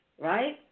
Right